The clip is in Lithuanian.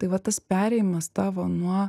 tai va tas perėjimas tavo nuo